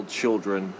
children